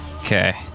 Okay